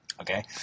Okay